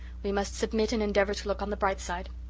we must submit and endeavour to look on the bright side.